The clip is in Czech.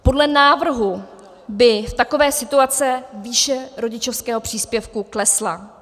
Podle návrhu by v takové situaci výše rodičovského příspěvku klesla.